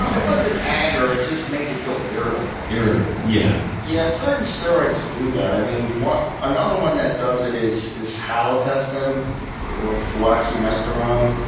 um it wasn't anger. it just made you feel irritable. irritable, yeah. yeah, certain steroids do that. i mean another one that does it is is halotestin or fluoxymesterone.